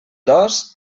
dos